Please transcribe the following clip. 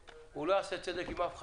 הוא לא יעשה צדק עם אף אחד,